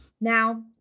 Now